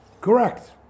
correct